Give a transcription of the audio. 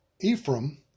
Ephraim